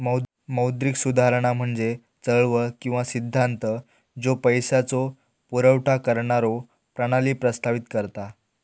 मौद्रिक सुधारणा म्हणजे चळवळ किंवा सिद्धांत ज्यो पैशाचो पुरवठा करणारो प्रणाली प्रस्तावित करता